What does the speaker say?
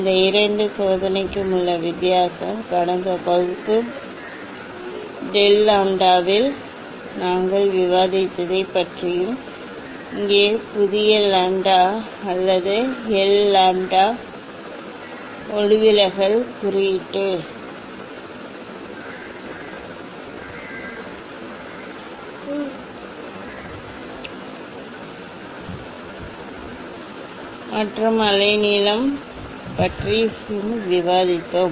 இந்த இரண்டு சோதனைக்கும் உள்ள வித்தியாசம் கடந்த வகுப்பு டெல் லாம்ப்டாவில் நாங்கள் விவாதித்ததைப் பற்றியும் இங்கே புதிய லாம்ப்டா அல்லது எல் லாம்ப்டா ஒளிவிலகல் குறியீட்டு மற்றும் அலைநீளம் பற்றியும் விவாதித்தோம்